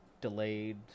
delayed